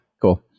cool